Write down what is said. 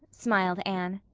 smiled anne.